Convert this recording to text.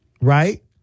Right